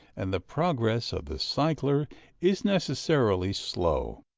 and the progress of the cycler is necessarily slow.